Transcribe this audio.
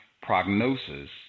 Prognosis